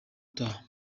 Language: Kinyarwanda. utaha